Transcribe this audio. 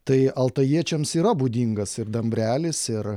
tai altajiečiams yra būdingas ir dambrelis ir